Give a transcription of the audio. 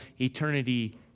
eternity